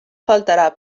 faltarà